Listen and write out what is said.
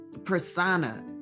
persona